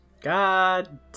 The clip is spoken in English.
God